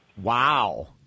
Wow